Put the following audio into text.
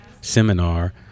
seminar